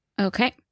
Okay